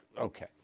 okay